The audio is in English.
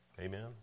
Amen